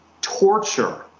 torture